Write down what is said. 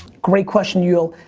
great question, yule.